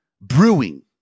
brewing